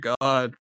god